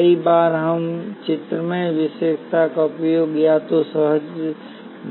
कई बार हम इस चित्रमय विशेषता का उपयोग या तो सहज